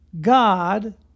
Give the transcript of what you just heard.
God